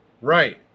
Right